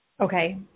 Okay